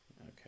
Okay